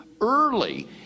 early